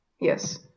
Yes